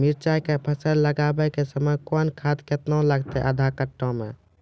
मिरचाय के फसल लगाबै के समय कौन खाद केतना लागतै आधा कट्ठा मे?